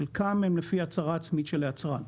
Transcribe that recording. חלקם הם לפי הצהרה עצמית של היצרן.